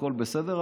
הכול בסדר,